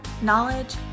knowledge